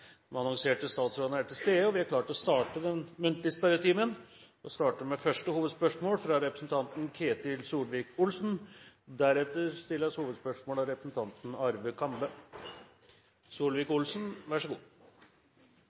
annonserte regjeringsmedlemmene er til stede, og vi er klare til å starte den muntlige spørretimen. Vi starter da med første hovedspørsmål, fra representanten Ketil Solvik-Olsen. Det er betydelig grad av